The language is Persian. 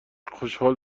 خوشحال